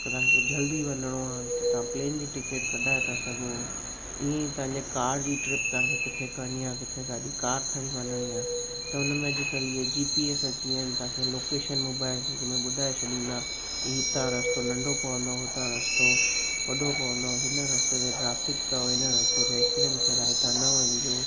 त तव्हांखे जल्दी वञिणो आहे तव्हां प्लेन जी टिकेट कढाए था सघूं ही तव्हांजे कार जी ट्रिप तव्हांखे किथे करिणी आहे किथे गाॾी कार खणी वञिणी आहे त हुन में अॼुकल्ह जी पी एस अची विया आहिनि तव्हांखे लोकेशन मोबाइल में ॿुधाए छॾींदा कि हितां रस्तो नंढो पवंदो हुतां रस्तो वॾो पवंदो हिन रस्ते ते ट्राफ़िक अथव हिन रस्ते ते एक्सीडंट थियल आहे हितां न वञिजो